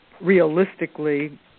realistically